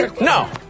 No